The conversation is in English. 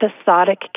episodic